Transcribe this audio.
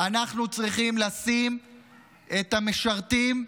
אנחנו צריכים לשים את המשרתים,